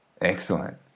Excellent